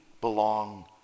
belong